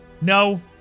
no